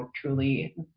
truly